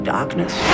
Darkness